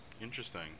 Interesting